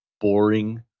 boring